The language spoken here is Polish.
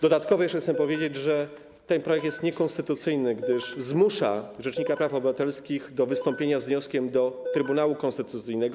Dodatkowo jeszcze chcę powiedzieć, że ten projekt jest niekonstytucyjny, gdyż zmusza rzecznika praw obywatelskich do wystąpienia z wnioskiem do Trybunału Konstytucyjnego.